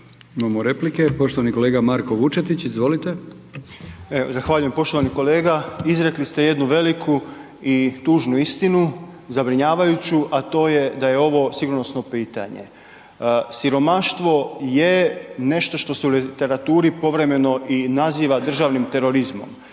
Imamo replike. Poštovani kolega Marko Vučetić, izvolite. **Vučetić, Marko (Nezavisni)** Zahvaljujem. Poštovani kolega izrekli ste jednu veliku i tužnu istinu, zabrinjavajuću a to je da je ovo sigurnosno pitanje. Siromaštvo je nešto što se u literaturi povremeno i naziva državnim terorizmom.